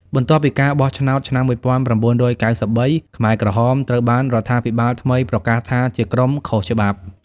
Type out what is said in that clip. បន្ទាប់ពីការបោះឆ្នោតឆ្នាំ១៩៩៣ ខ្មែរក្រហមត្រូវបានរដ្ឋាភិបាលថ្មីប្រកាសថាជាក្រុមខុសច្បាប់។